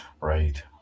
Right